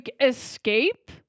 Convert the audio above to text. escape